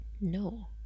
No